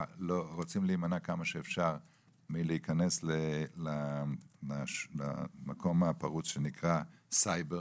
רוצים להימנע כמה שאפשר מלהיכנס למקום הפרוץ שנקרא סייבר,